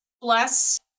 Bless